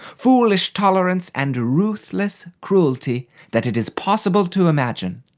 foolish tolerance and ruthless cruelty that it is possible to imagine.